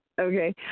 Okay